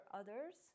others